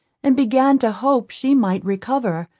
and began to hope she might recover,